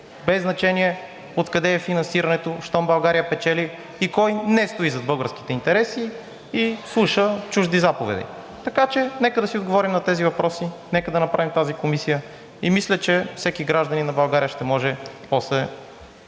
без значение откъде е финансирането щом България печели и кой не стои зад българските интереси и слуша чужди заповеди. Така че нека да си отговорим на тези въпроси, нека да направим тази комисия и мисля, че всеки гражданин на България ще може сам